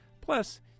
Plus